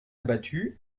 abattus